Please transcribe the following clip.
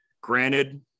granted